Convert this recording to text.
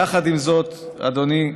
יחד עם זאת, אדוני,